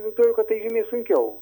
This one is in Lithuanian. pritariu kad tai žymiai sunkiau